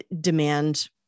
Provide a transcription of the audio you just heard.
demand